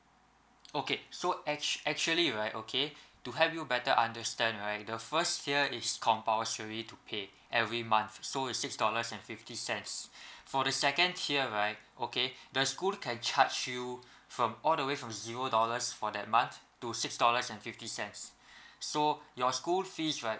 okay so actual~ actually right okay to help you better understand right the first tier is compulsory to pay every month so is six dollars and fifty cents for the second tier right okay the school can charge you from all the way from zero dollars for that month to six dollars and fifty cents so your school fees right